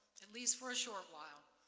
at least for a short while.